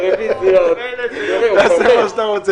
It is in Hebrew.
ישראל (תיקוני חקיקה להשגת יעדי התקציב והמדיניות הכלכלית